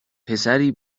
پسری